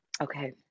Okay